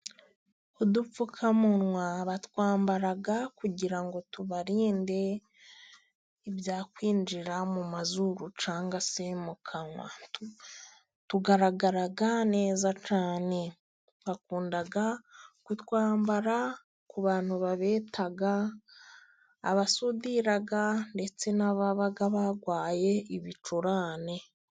Udupfukamunwa batwambara kugira ngo tubarinde ibyakwinjira mu mazuru cyanga se mu kanwa. Tugaragaraga neza cyane, twakundaga kutwambara ku bantu bita abasudira ndetse n'ababa barwaye ibicurane.